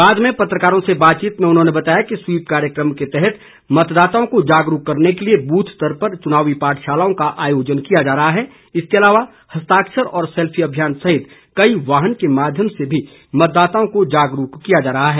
बाद में पत्रकारों से बातचीत में उन्होंने बताया कि स्वीप कार्यक्रमों के तहत मतदाताओं को जागरूक करने के लिए बूथ स्तर पर चुनावी पाठशालाओं का आयोजन किया जा रहा है इसके अलावा हस्ताक्षर और सैल्फी अभियान सहित एक वाहन के माध्यम से भी मतदाताओं को जागरूक किया जा रहा है